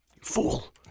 fool